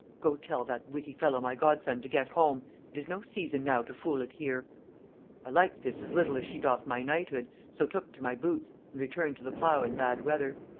go tell that witty fellow my godson to get home it is no season now to fool it here i liked this as little as she doth my knighthood, so took to my boots, and returned to the plough in bad weather.